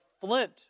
flint